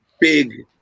big